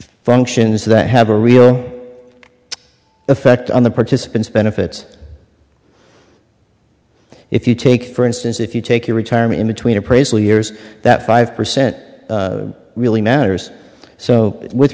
functions that have a real effect on the participants benefits if you take for instance if you take your retirement in between appraisal years that five percent really matters so with